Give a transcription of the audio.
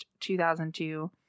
2002